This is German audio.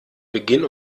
beginn